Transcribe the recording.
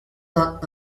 vingt